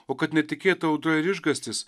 o kad netikėta audra ir išgąstis